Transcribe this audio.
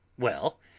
well?